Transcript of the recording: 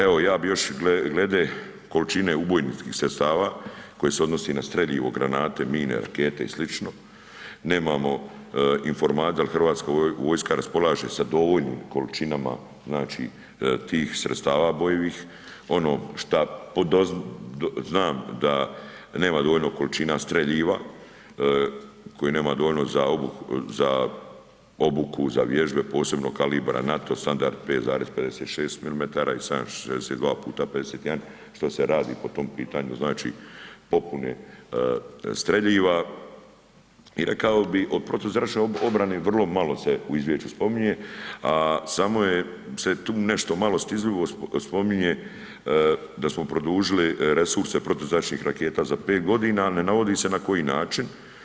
Evo ja bi još glede količine ubojničkih sredstava koji se odnosi na streljivo, granate, mine, rakete i sl., nemamo informaciju da li Hrvatska vojska raspolaže sa dovoljnim količinama, znači tih sredstava ubojivih, ono šta znam da nema dovoljno količina streljiva, koji nema dovoljno za obuku, za vježbe, posebno kalibra nato standard 5,56 mm i 7,62x51 šta se radi po tom pitanju, znači popune streljiva i rekao bi o protuzračnoj obrani vrlo malo se u izvješću spominje, a samo je se tu nešto malo stidljivo spominje da smo produžili resurse protuzračnih raketa za 5.g., al ne navodi se na koji način.